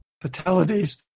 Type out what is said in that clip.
fatalities